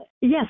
Yes